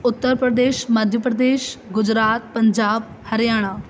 Uttar Pradesh Madhya Pradesh Gujarat Punjab Haryana